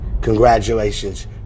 congratulations